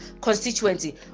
constituency